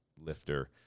lifter